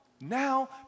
Now